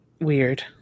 weird